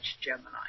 Gemini